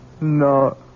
No